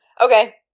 okay